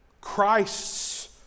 Christ's